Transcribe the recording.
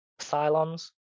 Cylons